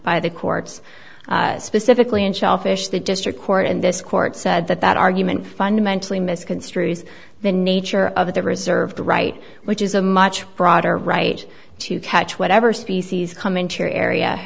by the courts specifically in shellfish the district court in this court said that that argument fundamentally misconstrues the nature of the reserve the right which is a much broader right to catch whatever species come into your area